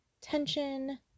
tension